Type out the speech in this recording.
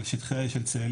על שטחי האש של צאלים,